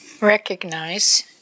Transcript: recognize